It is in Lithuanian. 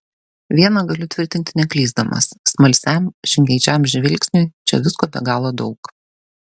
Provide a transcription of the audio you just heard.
viena galiu tvirtinti neklysdamas smalsiam žingeidžiam žvilgsniui čia visko be galo daug